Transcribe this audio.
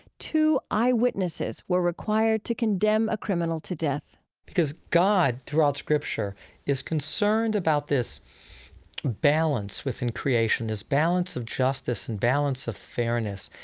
two eyewitnesses were required to condemn a criminal to death because god throughout scripture is concerned about this balance within creation, this balance of justice and balance of fairness.